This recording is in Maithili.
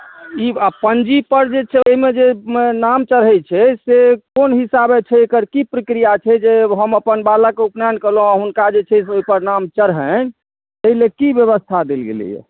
ई आब पञ्जीपर जे छै ओहिमे जे नाम चढ़ै छै से कोन हिसाबे छै एकर की प्रक्रिया छै जे हम अपन बालकके उपनयन केलहुँ आ हुनका जे छै ओहिपर हुनकर नाम चढ़नि ताहि लेल की व्यवस्था देल गेलैए